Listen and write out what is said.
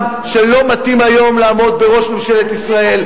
שלא מתאים היום לעמוד בראש ממשלת ישראל.